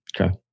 Okay